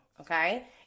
Okay